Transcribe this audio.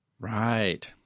Right